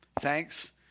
Thanks